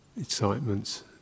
excitements